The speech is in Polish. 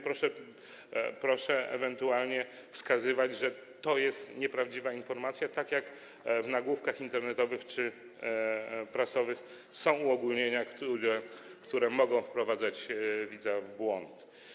Proszę ewentualnie wskazywać, że to jest nieprawdziwa informacja tak jak w nagłówkach internetowych czy prasowych, gdzie są uogólnienia, które mogą wprowadzać widza w błąd.